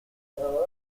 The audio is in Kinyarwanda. burinda